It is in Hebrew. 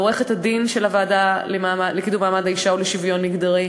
לעורכת-הדין של הוועדה לקידום מעמד האישה ולשוויון מגדרי,